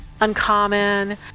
uncommon